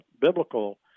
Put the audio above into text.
biblical